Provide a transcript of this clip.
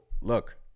look